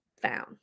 found